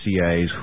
CIAs